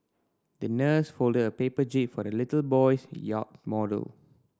the nurse folded a paper jib for the little boy's yacht model